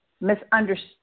misunderstood